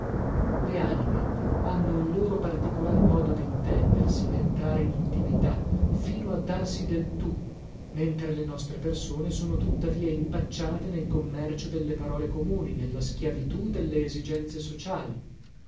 le anime hanno un loro particolar modo dintendersi dentrare in intimità fino a darsi del tu mentre le nostre persone sono tuttavia impacciate nel commercio delle parole comuni nella schiavitù delle esigenze sociali